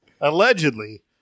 Allegedly